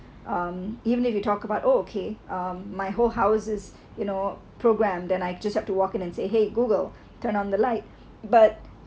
um even if you talk about oh okay um my whole house is you know programmed then I just had to walk in and say !hey! google turn on the light but